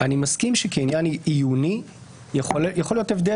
אני מסכים שכעניין עיוני יכול להיות הבדל